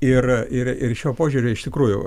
ir ir ir šiuo požiūriu iš tikrųjų